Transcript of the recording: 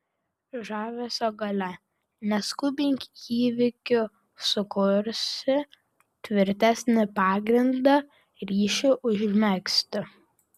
žavesio galia neskubink įvykių sukursi tvirtesnį pagrindą ryšiui užmegzti